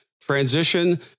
transition